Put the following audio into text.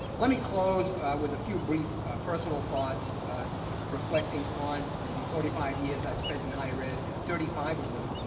let me close with a few brief personal thoughts reflecting on the forty five years i've spent in higher ed thirty five of them.